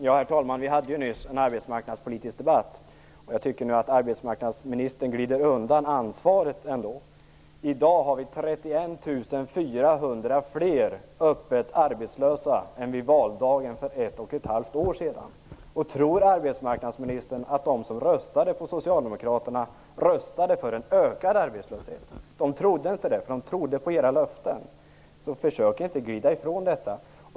Herr talman! Vi hade ju nyss en arbetsmarknadspolitisk debatt, och nu tycker jag att arbetsmarknadsministern glider undan ansvaret. I dag har vi 31 400 fler öppet arbetslösa än vid valdagen för ett och ett halvt år sedan. Tror arbetsmarknadsministern att de som röstade på Socialdemokraterna röstade för en ökad arbetslöshet? Det trodde inte de; de trodde på era löften. Så försök inte glida ifrån detta!